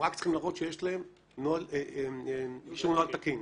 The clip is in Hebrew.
הן רק צריכות להראות שיש להן אישור נוהל תקין,